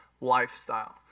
lifestyle